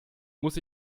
muss